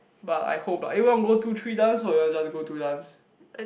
but I hope ah eh want go two three dance or you want just go two dance